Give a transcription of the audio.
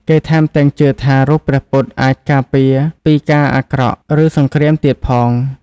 គេថែមទាំង ជឿថារូបព្រះពុទ្ធអាចការពារពីការអាក្រក់ ឬសង្រ្គាមទៀតផង។